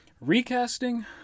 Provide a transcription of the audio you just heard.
recasting